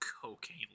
cocaine